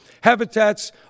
Habitats